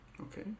Okay